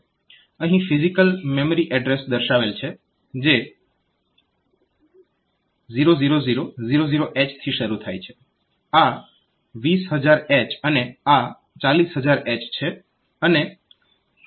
અહીં physical memory address દર્શાવેલ છે જે 00000H થી શરૂ થાય છે આ 20000H અને આ 40000H છે અને તે વધી રહી છે